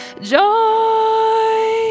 joy